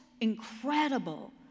incredible